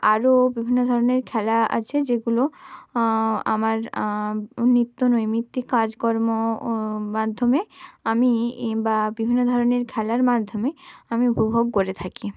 আরও বিভিন্ন ধরনের খেলা আছে যেগুলো আমার নিত্য নৈমিত্তিক কাজকর্ম ও মাধ্যমে আমি বা বিভিন্ন ধরনের খেলার মাধ্যমে আমি উপভোগ করে থাকি